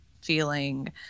feeling